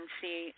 see